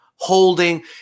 holding